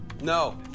No